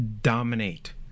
dominate